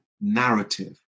narrative